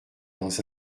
dans